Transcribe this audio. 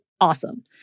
awesome